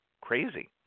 crazy